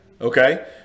Okay